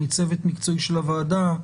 מצוות מקצועי של הוועדה,